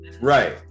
Right